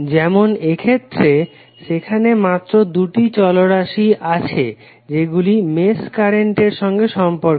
যেমন এক্ষেত্রে সেখানে মাত্র দুটি চল রাশি আছে যেগুলি মেশ কারেন্টের সঙ্গে সম্পর্কিত